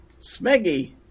Smeggy